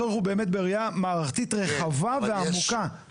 הצורך הוא באמת בראייה מערכתית רחבה ועמוקה,